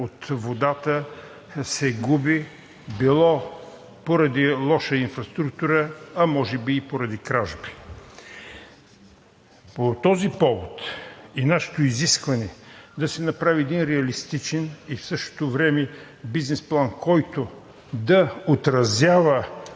от водата се губи – било поради лоша инфраструктура, а може би и поради кражби. По този повод и нашето изискване да се направи реалистичен и в същото време бизнес план, който да отразява